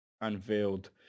unveiled